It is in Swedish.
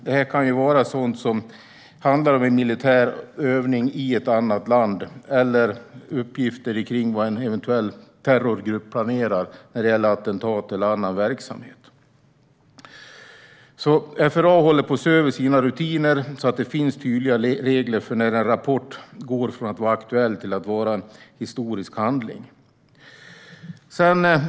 Det kan vara uppgifter som handlar om en militär övning i ett annat land eller om vad en eventuell terrorgrupp planerar när det gäller attentat eller annan verksamhet. FRA håller på att se över sina rutiner så att det ska finnas tydliga regler för när en rapport går från att vara aktuell till att vara en historisk handling.